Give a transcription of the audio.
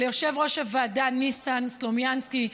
ליושב-ראש הוועדה ניסן סלומינסקי,